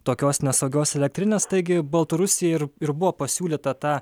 tokios nesaugios elektrinės taigi baltarusijai ir ir buvo pasiūlyta tą